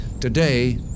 Today